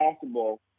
possible